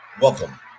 welcome